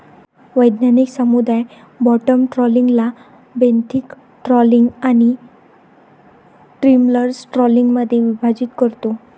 वैज्ञानिक समुदाय बॉटम ट्रॉलिंगला बेंथिक ट्रॉलिंग आणि डिमर्सल ट्रॉलिंगमध्ये विभाजित करतो